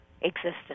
existence